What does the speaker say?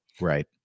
Right